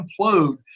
implode